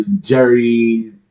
Jerry